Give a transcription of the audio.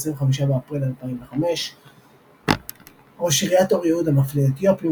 25 באפריל 2005 "ראש עירית אור יהודה מפלה אתיופים",